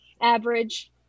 average